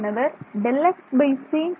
மாணவர் Δxc